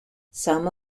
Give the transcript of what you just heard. some